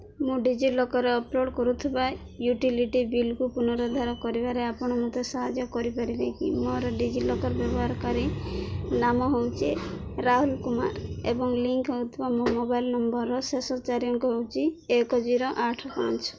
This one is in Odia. ମୁଁ ଡିଜିଲକର୍ରେ ଅପଲୋଡ଼୍ କରିଥିବା ୟୁଟିଲିଟି ବିଲ୍କୁ ପୁନରୁଦ୍ଧାର କରିବାରେ ଆପଣ ମୋତେ ସାହାଯ୍ୟ କରିପାରିବେ କି ମୋର ଡିଜିଲକର୍ ବ୍ୟବହାରକାରୀ ନାମ ହେଉଛି ରାହୁଲ କୁମାର ଏବଂ ଲିଙ୍କ୍ ହୋଇଥିବା ମୋ ମୋବାଇଲ୍ ନମ୍ବର୍ର ଶେଷ ଚାରି ଅଙ୍କ ହେଉଛି ଏକ ଜିରୋ ଆଠ ପାଞ୍ଚ